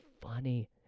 funny